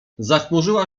zachmurzyła